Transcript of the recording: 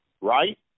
right